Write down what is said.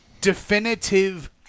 definitive